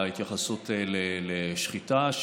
וההתייחסות לשחיטה.